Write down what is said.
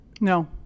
No